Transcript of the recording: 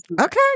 Okay